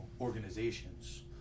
organizations